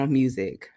music